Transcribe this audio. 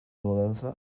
mudanza